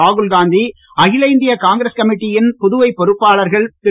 ராகுல்காந்தி அகில இந்திய காங்கிரஸ் கமிட்டியின் புது பொறுப்பாளர்கள் திரு